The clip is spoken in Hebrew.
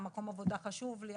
מקום העבודה חשוב לי,